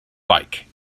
bike